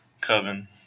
Coven